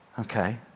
Okay